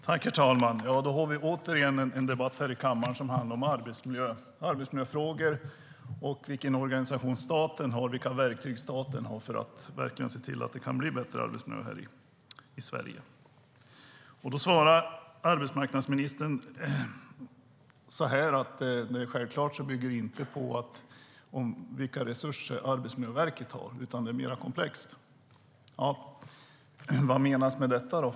Herr talman! Nu har vi återigen en debatt här i kammaren som handlar om arbetsmiljöfrågor och vilken organisation och vilka verktyg staten har för att verkligen se till att det blir en bättre arbetsmiljö här i Sverige. Då svarar arbetsmarknadsministern att detta självklart inte bygger på vilka resurser Arbetsmiljöverket har utan att det är mer komplext. Vad menas med detta?